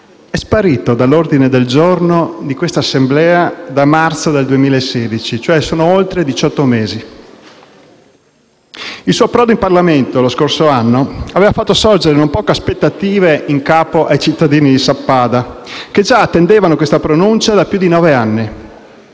è sparito dall'ordine del giorno di questa Assemblea da marzo 2016, cioè da oltre diciotto mesi. Il suo approdo in Parlamento, lo scorso anno, aveva fatto sorgere non poche aspettative in capo ai cittadini di Sappada, che già attendevano questa pronuncia da più di nove anni,